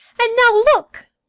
and now look!